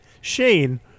Shane